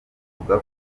buvuga